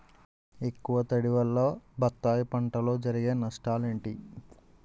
ఎక్కువ తడి వల్ల బత్తాయి పంటలో జరిగే నష్టాలేంటి?